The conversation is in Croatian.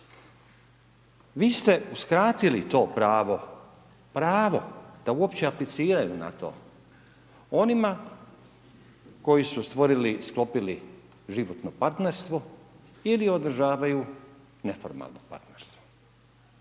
Vi ste uskratili to pravo, pravo da uopće apliciraju na to onima koji su stvorili, sklopili životno partnerstvo ili održavaju neformalno partnerstvo.